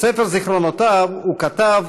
בספר זיכרונותיו הוא כתב: